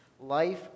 Life